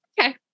okay